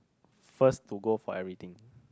first to go for everything